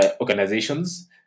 organizations